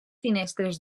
finestres